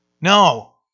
No